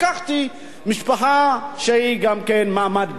לקחתי גם משפחה שהיא ממעמד ביניים,